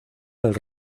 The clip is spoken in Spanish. del